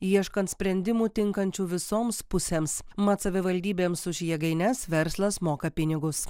ieškant sprendimų tinkančių visoms pusėms mat savivaldybėms už jėgaines verslas moka pinigus